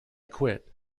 quit